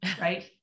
right